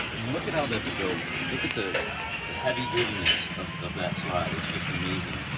mean, look at how that's built. look at the the heavy dutiness of of that slide. it's just amazing.